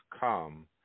come